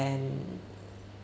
and